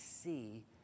see